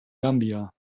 gambia